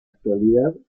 actualidad